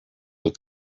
will